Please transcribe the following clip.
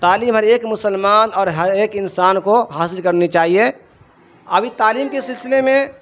تعلیم ہر ایک مسلمان اور ہر ایک انسان کو حاصل کرنی چاہیے ابھی تعلیم کے سلسلے میں